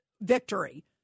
victory